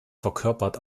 verkörpert